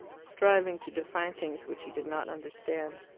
striving to define things which he did not understand.